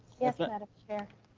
yes madam chair.